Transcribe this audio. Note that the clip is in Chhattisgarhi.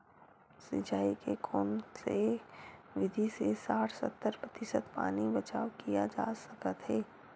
सिंचाई के कोन से विधि से साठ सत्तर प्रतिशत पानी बचाव किया जा सकत हे?